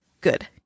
good